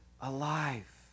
alive